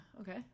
Okay